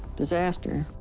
disaster.